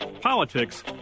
politics